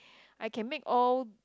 I can make all